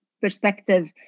perspective